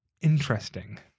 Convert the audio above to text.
Interesting